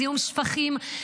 זיהום שפכים,